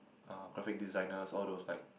uh graphic designers all those like